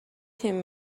تیم